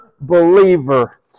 believer